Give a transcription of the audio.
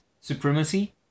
supremacy